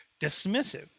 dismissive